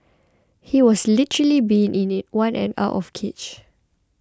he has literally been in in one and out of cage